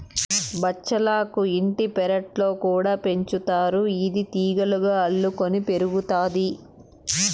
బచ్చలాకు ఇంటి పెరట్లో కూడా పెంచుతారు, ఇది తీగలుగా అల్లుకొని పెరుగుతాది